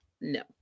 No